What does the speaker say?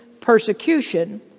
persecution